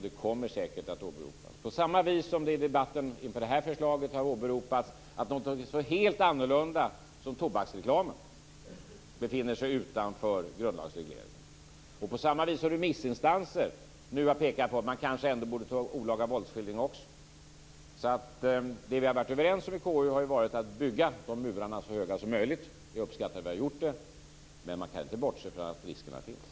Det kommer säkert att åberopas på samma vis som det i debatten inför det här förslaget har åberopats att något så helt annorlunda som tobaksreklamen befinner sig utanför grundlagsregleringen. På samma vis har dessutom remissinstanser nu pekat på att man kanske ändå borde ta upp det här med olaga våldsskildring också. Det vi har varit överens om i KU har ju varit att bygga de här murarna så högt som möjligt. Jag uppskattar att vi har gjort det. Men man kan inte bortse från att riskerna finns.